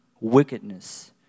wickedness